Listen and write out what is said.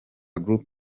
group